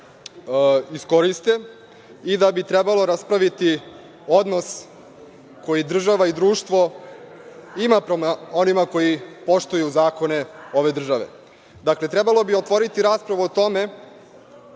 iskoriste i da bi trebalo raspraviti odnos koji država i društvo ima prema onima koji poštuju zakone ove države. Dakle, trebalo bi otvoriti raspravu o tome